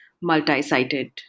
multi-sided